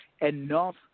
enough